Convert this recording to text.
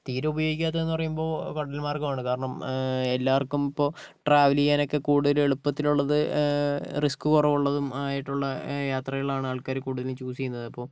തീരെ ഉപയോഗിക്കാത്തത് എന്ന് പറയുമ്പോൾ കടൽ മാർഗ്ഗമാണ് കാരണം എല്ലാർക്കും ഇപ്പോൾ ട്രാവൽ ചെയ്യാൻ ഒക്കെ കൂടുതൽ എളുപ്പത്തിനുള്ളത് റിസ്ക് കുറവുള്ളതും ആയിട്ടുള്ള യാത്രകളാണ് ആൾക്കാർ കൂടുതലും ചൂസ് ചെയ്യുന്നത് അപ്പോൾ